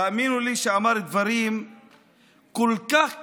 תאמינו לי שהוא אמר דברים כל כך קשים,